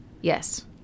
Yes